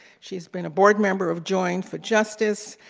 she's been a board member of join for justice,